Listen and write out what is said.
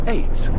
Eight